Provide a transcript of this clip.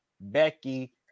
Becky